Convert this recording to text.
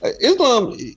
Islam